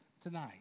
tonight